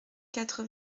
quatre